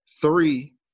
three